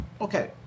Okay